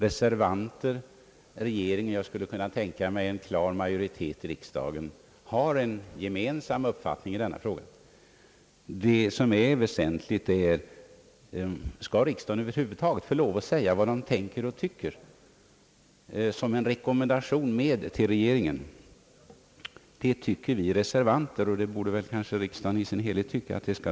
Reservanter, regering och, skulle jag tänka mig, en klar majoritet i riksdagen har en gemensam uppfattning i denna fråga. Det väsentliga är: Skall riksdagen som en rekommendation till regeringen här över huvud taget få säga vad den tänker och tycker. Det anser vi reservanter, och det borde riksdagen i sin helhet finna riktigt.